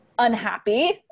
Unhappy